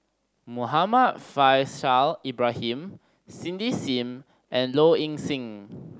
Muhammad Faishal Ibrahim Cindy Sim and Low Ing Sing